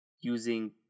using